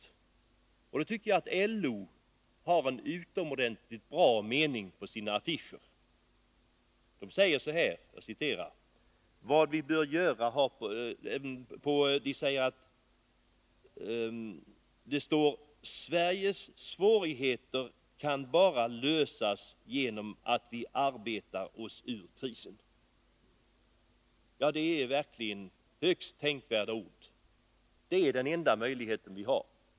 I det sammanhanget vill jag säga att LO har en utomordentligt bra mening på sina affischer: ”Sveriges svårigheter kan bara lösas genom att vi arbetar oss ur krisen.” Det är verkligen högst tänkvärda ord. Att arbeta oss ur krisen är den enda möjlighet vi har.